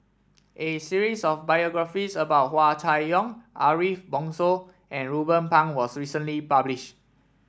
a series of biographies about Hua Chai Yong Ariff Bongso and Ruben Pang was recently published